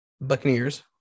Buccaneers